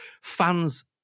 fans